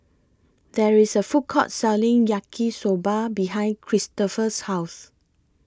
There IS A Food Court Selling Yaki Soba behind Cristofer's House